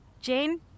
Jane